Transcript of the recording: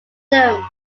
them